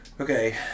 Okay